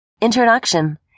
Introduction